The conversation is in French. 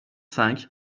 cinq